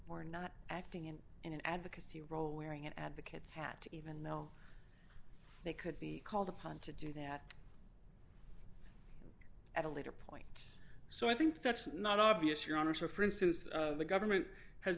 or not acting in an advocacy role wearing advocates hat even though they could be called upon to do that at a later point so i think that's not obvious your honor for instance the government has